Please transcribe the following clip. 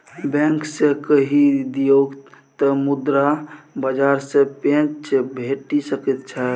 bank जँ कहि दिअ तँ मुद्रा बाजार सँ पैंच भेटि सकैत छै